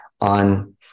on